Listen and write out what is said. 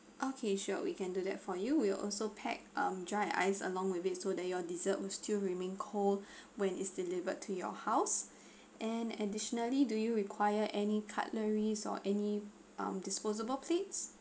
okay sure we can do that for you we'll also pack um dry ice along with it so that your dessert will still remain cold when it's delivered to your house and additionally do you require any cutleries or any um disposable plates